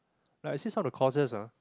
like I see some of the courses ah